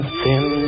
thin